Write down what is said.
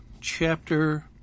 chapter